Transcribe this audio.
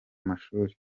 mashuli